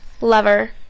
lover